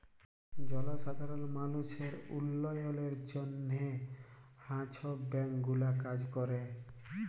জলসাধারল মালুসের উল্ল্যয়লের জ্যনহে হাঁ ছব ব্যাংক গুলা কাজ ক্যরে